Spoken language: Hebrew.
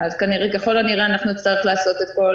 אז ככל הנראה אנחנו נצטרך לעשות את כל